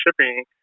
shipping